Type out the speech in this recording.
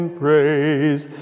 praise